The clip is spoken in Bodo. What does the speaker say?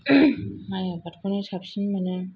माय आबादखौनो साबसिन मोनो